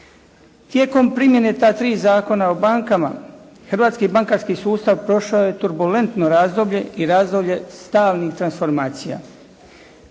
Tijekom primjene ta tri zakona o bankama, hrvatski bankarski sustav prošao je turbulentno razdoblje i razdoblje stalnih transformacija.